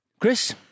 Chris